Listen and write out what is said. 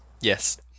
Yes